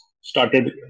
started